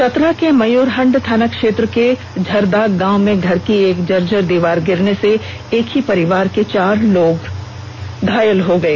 चतरा के मयूरहंड थाना क्षेत्र के झरदाग गांव में घर की एक जर्जर दीवार गिरने से एक ही परिवार के चार लोग घायल हो गए